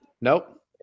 Nope